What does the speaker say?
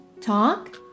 Talk